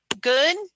good